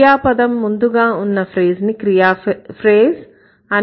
క్రియాపదం ముందుగా ఫ్రేజ్ ని క్రియాఫ్రేజ్ అని అంటాం